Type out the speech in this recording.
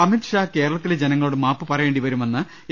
അമിത് ഷാ കേരളത്തിലെ ജനങ്ങളോട് മാപ്പ് പറയേണ്ടി വരുമെന്ന് എ